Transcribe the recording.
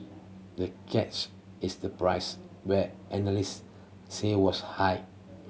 the catch is the price where analyst said was high